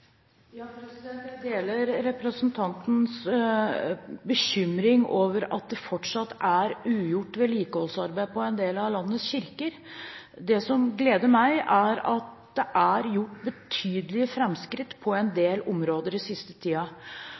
Jeg deler representantens bekymring over at det fortsatt er ugjort vedlikeholdsarbeid på en del av landets kirker. Det som gleder meg, er at det er gjort betydelige fremskritt på en del områder den siste